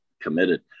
committed